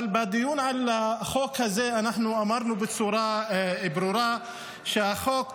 אבל בדיון על החוק הזה אנחנו אמרנו בצורה ברורה שהחוק,